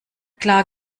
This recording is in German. klar